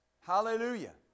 Hallelujah